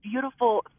beautiful